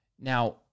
Now